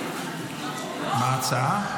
מה ההצעה?